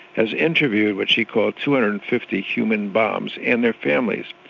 has interviewed what she called two hundred and fifty human bombs and their families.